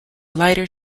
lighter